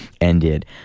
ended